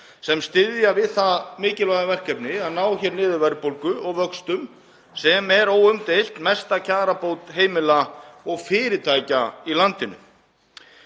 sem styðja við það mikilvæga verkefni að ná hér niður verðbólgu og vöxtum, sem er óumdeilt mesta kjarabót heimila og fyrirtækja í landinu.